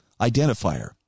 identifier